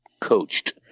coached